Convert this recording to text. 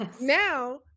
Now